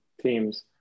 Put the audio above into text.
teams